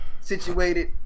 situated